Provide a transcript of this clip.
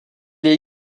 est